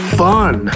fun